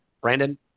Brandon